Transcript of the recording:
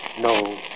No